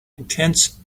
intense